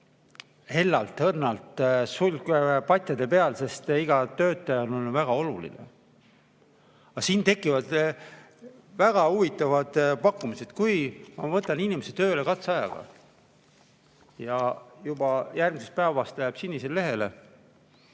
hellalt-õrnalt sulgpatjade peal, sest iga töötaja on väga oluline. Aga siin tekivad väga huvitavad pakkumised. Kui ma võtan inimese tööle katseajaga ja ta juba järgmisest päevast läheb sinisele lehele